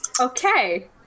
Okay